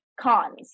cons